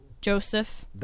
Joseph